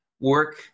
work